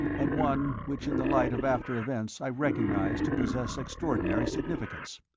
and one which in the light of after events i recognized to possess extraordinary significance.